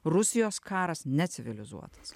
rusijos karas necivilizuotas